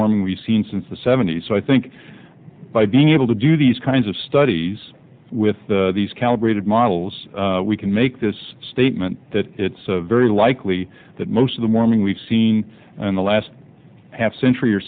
warming we've seen since the seventy's so i think by being able to do these kinds of studies with these calibrated models we can make this statement that it's very likely that most of the warming we've seen in the last half century or